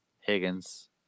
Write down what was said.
Higgins